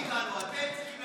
אל תצפה כלום מאיתנו.